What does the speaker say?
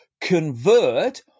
convert